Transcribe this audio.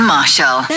Marshall